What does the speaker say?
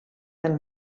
del